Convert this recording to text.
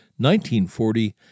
1940